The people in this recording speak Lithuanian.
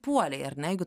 puolei ar ne jeigu